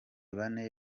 bane